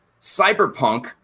Cyberpunk